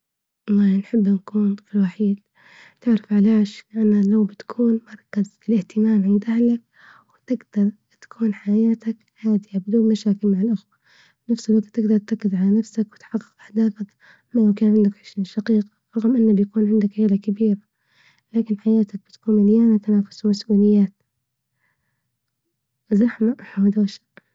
والله نحب نكون طفل وحيد تعرف ليش؟ لإن بتكون مركز الإهتمام عند اهلك وتقدر تكون حياتك هادية بدون مشاكل مع الإخوة، وفي نفس الوقت تقدر تركز على نفسك، وتحقق أهدافك، أما لو كان عندك عشرين شقيق رغم إنك يكون عندك عيلة كبيرة، لكن حياتك بتكون مليانة تنافسات ومسؤوليات، زحمة ودوشة.